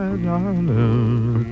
darling